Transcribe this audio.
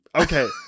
Okay